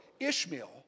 Ishmael